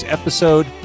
episode